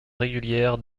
régulière